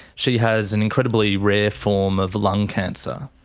she has an incredibly rare form of lung cancer.